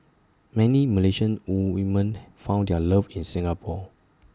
many Malaysian woman found their love in Singapore